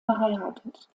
verheiratet